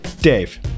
Dave